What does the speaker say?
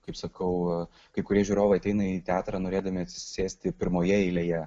kaip sakau kai kurie žiūrovai ateina į teatrą norėdami atsisėsti pirmoje eilėje